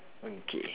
okay